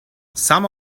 some